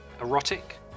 erotic